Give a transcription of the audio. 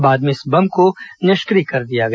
बाद में इस बम को निष्क्रिय कर दिया गया